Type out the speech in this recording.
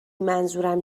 منظورم